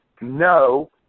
No